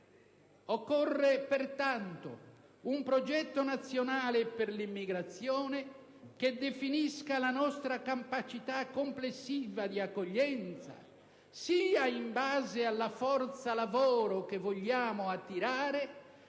Occorre pertanto un progetto nazionale per l'immigrazione, che definisca la nostra capacità complessiva di accoglienza sia in base alla forza lavoro che vogliamo attirare,